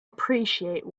appreciate